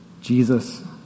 Jesus